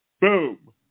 Boom